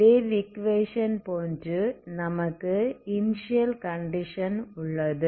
wave equation போன்று நமக்கு initial condition உள்ளது